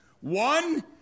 One